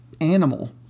animal